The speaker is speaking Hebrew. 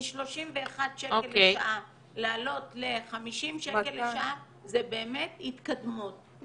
מ-31 שקל לשעה לעלות ל-50 שקל לשעה זו באמת התקדמות,